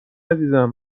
عزیزم